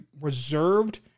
reserved